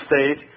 state